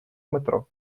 метро